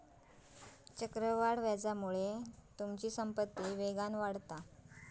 चक्रवाढ व्याजामुळे तुमचो संपत्ती वेगान वाढता